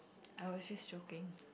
I will just joking